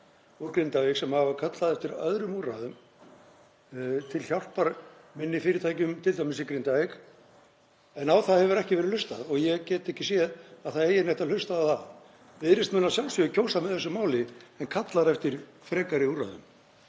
úr Grindavík sem hafa kallað eftir öðrum úrræðum til hjálpar minni fyrirtækjum, t.d. í Grindavík, og á það hefur ekki verið hlustað og ég get ekki séð að það eigi neitt að hlusta á það. Viðreisn mun að sjálfsögðu greiða atkvæði með þessu máli en kallar eftir frekari úrræðum.